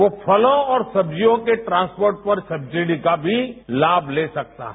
वो फलों और सब्जियों के ट्रांसपोर्ट पर सब्सिडी का भी लाम ले सकता है